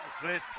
great